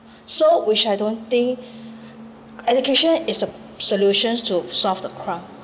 so which I don't think education is a solutions to solve the crime